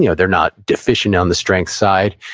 you know they're not deficient on the strength side.